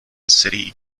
city